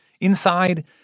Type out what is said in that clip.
Inside